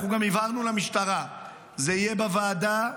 אנחנו גם הבהרנו למשטרה שזה יהיה בוועדה,